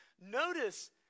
Notice